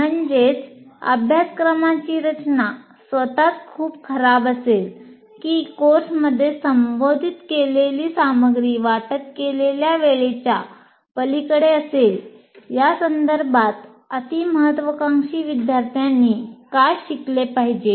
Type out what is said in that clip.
म्हणजेच अभ्यासक्रमाची रचना स्वतःच खूप खराब असेल की कोर्समध्ये संबोधित केलेली सामग्री वाटप केलेल्या वेळेच्या पलीकडे असेल या संदर्भात अति महत्त्वाकांक्षी विद्यार्थ्यांनी काय शिकले पाहिजे